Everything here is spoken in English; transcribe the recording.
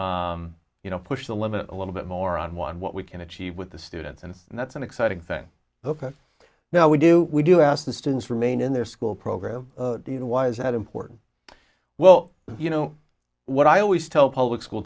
to you know push the limit a little bit more on one what we can achieve with the students and that's an exciting thing ok now we do we do ask the students remain in their school program why is that important well you know what i always tell public school